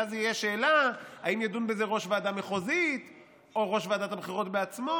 ואז תהיה שאלה אם ידון בזה ראש ועדה מחוזית או ראש ועדת הבחירות בעצמו,